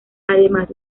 además